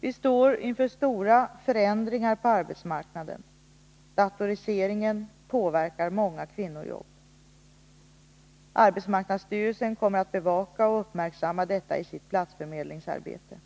Vi står inför stora förändringar på arbetsmarknaden. Datoriseringen påverkar många kvinnojobb. Arbetsmarknadsstyrelsen kommer att bevaka och uppmärksamma detta i sitt platsförmedlingsarbete.